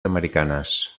americanes